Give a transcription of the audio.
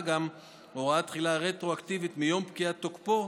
הוראת תחילה רטרואקטיבית מיום פקיעת תוקפו,